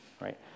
right